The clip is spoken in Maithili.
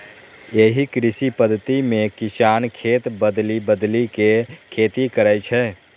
एहि कृषि पद्धति मे किसान खेत बदलि बदलि के खेती करै छै